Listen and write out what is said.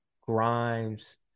Grimes